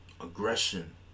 aggression